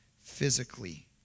physically